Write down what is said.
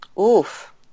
Oof